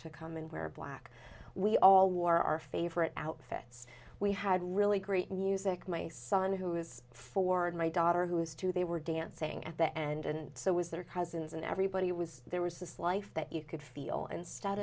to come and wear black we all wore our favorite outfits we had really great music my son who is four and my daughter who is two they were dancing at the end and so was their cousins and everybody was there was this life that you could feel instead